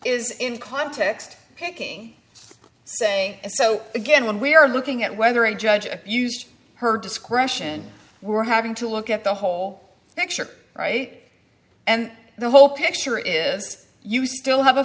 is in context picking saying so again when we are looking at whether a judge abused her discretion we're having to look at the whole picture right and the whole picture is you still have a